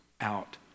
out